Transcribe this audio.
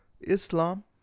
Islam